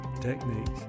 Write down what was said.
techniques